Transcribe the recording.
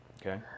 okay